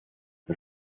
das